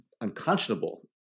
unconscionable